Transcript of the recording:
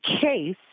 case